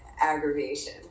aggravation